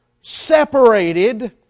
separated